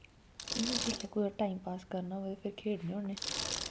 इयां जिसलै कुतै टाईम पास करना होऐ ते फिर खेढने होन्ने